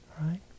Right